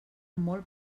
molt